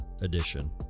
edition